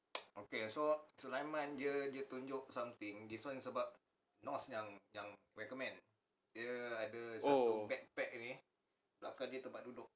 oh